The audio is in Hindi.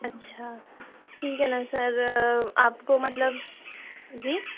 अच्छा ठीक है ना सर आपको मतलब जी